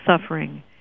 suffering